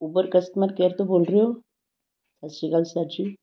Uber customer care ਤੋਂ ਬੋਲ ਰਹੇ ਹੋ ਸਤਿ ਸ਼੍ਰੀ ਅਕਾਲ ਸਰ ਜੀ